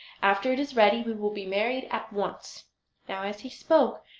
after it is ready we will be married at once now, as he spoke,